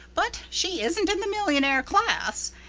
but she isn't in the millionaire class,